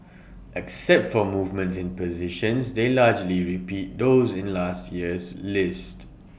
except for movements in positions they largely repeat those in last year's list